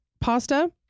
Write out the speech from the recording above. pasta